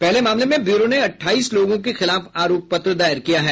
पहले मामले में ब्यूरो ने अट्ठाईस लोगों के खिलाफ आरोप पत्र दायर किया है